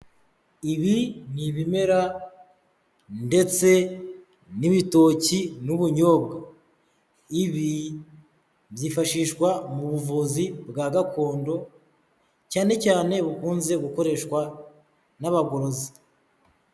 Ibi ni ibimera ndetse n'ibitoki n'ubunyobwa, ibi byifashishwa mu buvuzi bwa gakondo, cyane cyane bukunze gukoreshwa n'abagorozi.